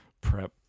Prep